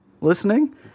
listening